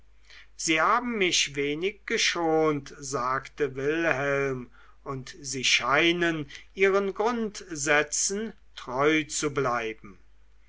sie haben mich wenig geschont sagte wilhelm und sie scheinen ihren grundsätzen treu zu bleiben